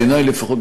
בעיני לפחות,